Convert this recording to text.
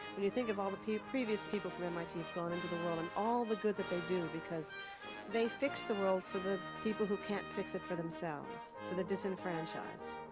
when you think of all the previous people from mit gone into the world, and all the good that they do because they fix the world for the people who can't fix it for themselves, for the disenfranchised.